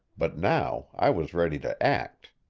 but now i was ready to act.